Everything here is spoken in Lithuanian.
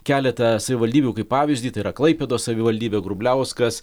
keletą savivaldybių kaip pavyzdį tai yra klaipėdos savivaldybė grubliauskas